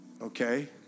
Okay